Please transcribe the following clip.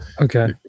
Okay